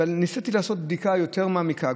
ניסיתי לעשות בדיקה יותר מעמיקה.